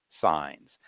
signs